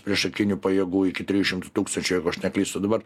priešakinių pajėgų iki trijų šimtų tūkstančių jeigu aš neklystu dabar